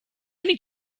many